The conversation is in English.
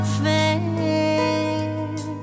fair